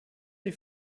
die